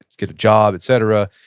get a job, etc,